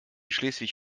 schleswig